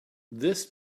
this